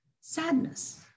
sadness